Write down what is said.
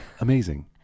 Amazing